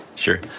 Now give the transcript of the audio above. Sure